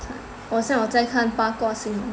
我现我在看八卦新闻